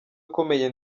akomeye